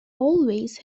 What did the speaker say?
always